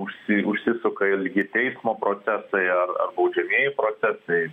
užsi užsisuka ilgi teismo procesai ar ar baudžiamieji procesai